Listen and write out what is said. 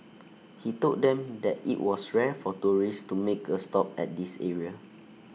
he told them that IT was rare for tourists to make A stop at this area